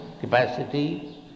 capacity